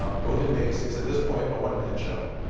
um odin makes is at this point a one man show.